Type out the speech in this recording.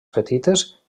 petites